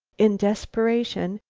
in desperation,